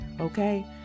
okay